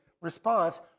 response